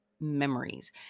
memories